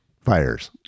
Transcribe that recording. fires